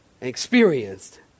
experienced